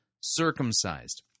circumcised